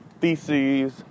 theses